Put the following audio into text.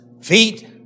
Feet